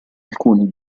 alcuni